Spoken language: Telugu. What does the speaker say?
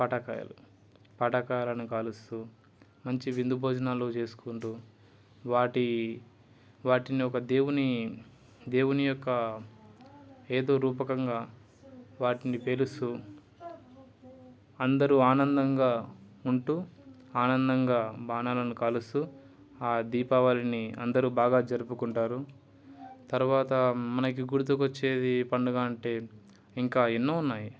పటాకాయలు పటాకాయలను కాలుస్తు మంచి విందు భోజనాలు చేసుకుంటు వాటి వాటిని ఒక దేవుని దేవుని యొక్క ఏదో రూపకంగా వాటిని పేరుస్తు అందరు ఆనందంగా ఉంటు ఆనందంగా బాణలను కాలుస్తు ఆ దీపావళిని అందరు బాగా జరుపుకుంటారు తర్వాత మనకి గుర్తుకు వచ్చేది పండుగ అంటే ఇంకా ఎన్నో ఉన్నాయి